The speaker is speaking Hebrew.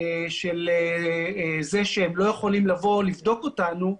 בגין זה שהם לא יכולים לבדוק אותנו,